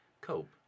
Cope